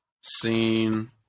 seen